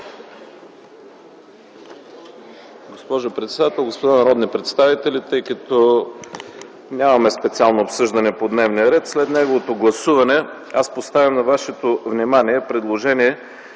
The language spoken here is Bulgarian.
Госпожо председател, господа народни представители! Тъй като нямаме специално обсъждане по дневния ред, след неговото гласуване аз поставям на вашето внимание предложение